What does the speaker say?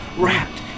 wrapped